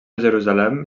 jerusalem